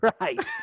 right